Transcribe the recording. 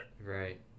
right